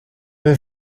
een